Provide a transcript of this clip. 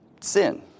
sin